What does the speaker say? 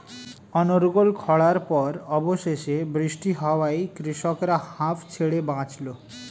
অনর্গল খড়ার পর অবশেষে বৃষ্টি হওয়ায় কৃষকরা হাঁফ ছেড়ে বাঁচল